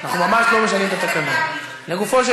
אתה משנה פה את התקנון מתי